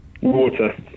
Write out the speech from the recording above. Water